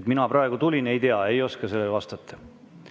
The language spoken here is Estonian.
et mina praegu tulin, ei tea, ei oska sellele vastata.